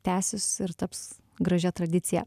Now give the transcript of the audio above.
tęsis ir taps gražia tradicija